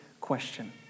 question